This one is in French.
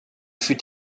fut